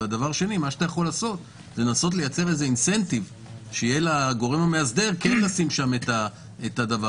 בנוסף אתה יכול לייצר תמריץ לגורם המאסדר כן לשים שם את המידע.